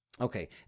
okay